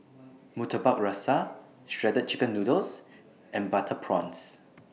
Murtabak Rusa Shredded Chicken Noodles and Butter Prawns